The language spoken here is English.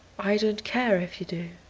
i don't care if you do.